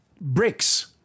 Bricks